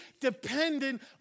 dependent